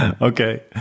Okay